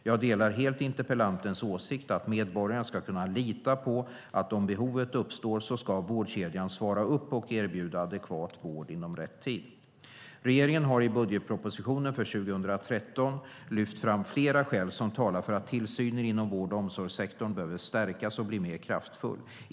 Jag delar helt interpellantens åsikt att medborgaren ska kunna lita på att om behovet uppstår ska vårdkedjan svara upp och erbjuda adekvat vård inom rätt tid. Regeringen har i budgetpropositionen för 2013 lyft fram flera skäl som talar för att tillsynen inom vård och omsorgssektorn behöver stärkas och bli mer kraftfull.